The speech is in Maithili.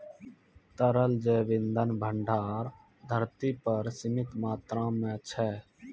तरल जैव इंधन भंडार धरती पर सीमित मात्रा म छै